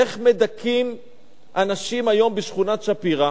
איך מדכאים אנשים היום בשכונת-שפירא?